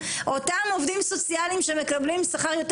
אותם עובדים סוציאליים שמקבלים שכר יותר